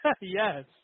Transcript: yes